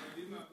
הם יהודים.